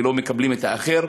ולא מקבלים את האחר,